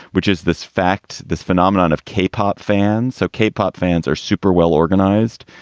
which is this fact, this phenomenon of cape hop fan. so cape hop fans are super well organized.